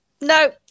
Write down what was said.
No